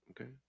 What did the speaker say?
Okay